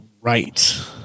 Right